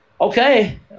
okay